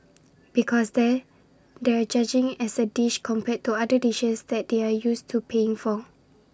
because there they're judging as A dish compared to other dishes that they're used to paying for